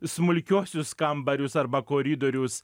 smulkiuosius kambarius arba koridorius